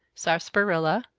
sarsaparilla,